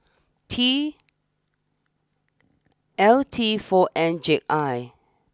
T L T four N J I